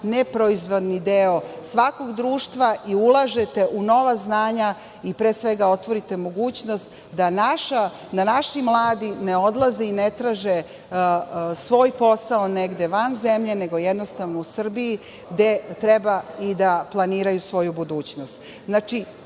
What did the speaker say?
neproizvodni deo svakog društva i ulažete nova znanja i pre svega otvarate mogućnost da naši mladi ne odlaze i ne traže svoj posao negde van zemlje, nego u Srbiji gde treba i da planiraju svoju budućnost. To